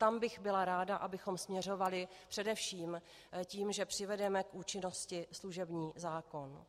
Tam bych byla ráda, abychom směřovali především tím, že přivedeme k účinnosti služební zákon.